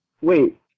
Wait